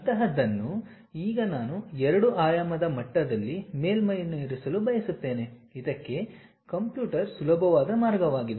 ಅಂತಹದನ್ನು ಈಗ ನಾನು 2 ಆಯಾಮದ ಮಟ್ಟದಲ್ಲಿ ಮೇಲ್ಮೈಯನ್ನು ಇರಿಸಲು ಬಯಸುತ್ತೇನೆ ಇದಕ್ಕೆ ಕಂಪ್ಯೂಟರ್ ಸುಲಭವಾದ ಮಾರ್ಗವಾಗಿದೆ